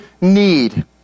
need